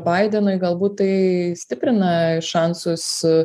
baidenui galbūt tai stiprina šansus